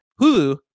Hulu